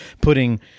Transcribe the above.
putting